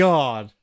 God